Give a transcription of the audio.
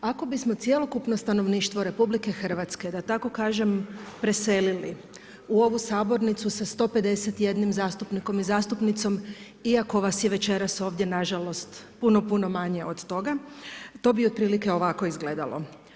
Ako bismo cjelokupno stanovništvo RH da tako kažem preselili u ovu sabornicu sa 151 zastupnikom i zastupnicom iako vas je večeras ovdje nažalost puno, puno manje od toga to bi otprilike ovako izgledalo.